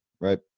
right